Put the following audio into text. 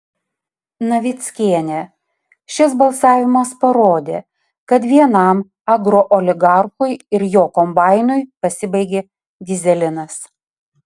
navickienė šis balsavimas parodė kad vienam agrooligarchui ir jo kombainui pasibaigė dyzelinas